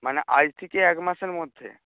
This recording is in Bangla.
মানে আজ থেকে এক মাসের মধ্যে